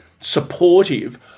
supportive